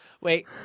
Wait